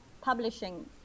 publishing